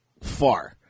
far